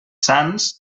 sants